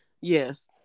Yes